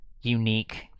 unique